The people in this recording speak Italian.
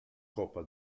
coppa